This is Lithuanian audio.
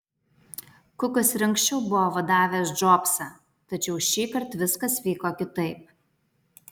kukas ir anksčiau buvo vadavęs džobsą tačiau šįkart viskas vyko kitaip